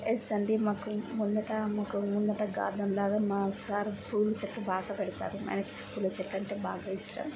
yes అండి మాకు ముందట మాకు ముందట గార్డెన్లాగా మా సార్ పూల చెట్టు బాగా పెడతారు ఆయనకు పూల చెట్టంటే బాగా ఇష్టం